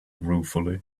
ruefully